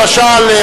למשל,